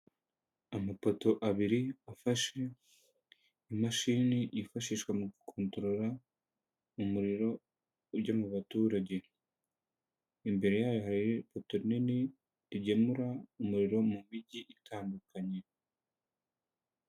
Amapoto abiri afashe imashini yifashishwa mu gukontorora umuriro ujya mu baturage. Imbere yayo hari ipoto rinini, rigemura umuriro mu mijyi itandukanye.